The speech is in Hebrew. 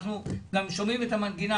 אנחנו גם שומעים את המנגינה,